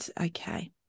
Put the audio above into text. Okay